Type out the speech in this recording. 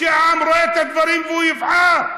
העם רואה את הדברים, והוא יבחר.